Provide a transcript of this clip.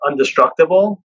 undestructible